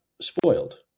spoiled